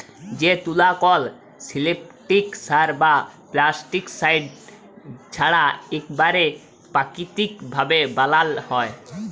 যে তুলা কল সিল্থেটিক সার বা পেস্টিসাইড ছাড়া ইকবারে পাকিতিক ভাবে বালাল হ্যয়